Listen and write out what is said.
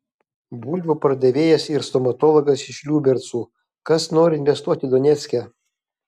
bulvių pardavėjas ir stomatologas iš liubercų kas nori investuoti donecke